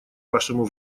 вашему